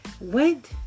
went